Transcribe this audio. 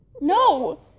No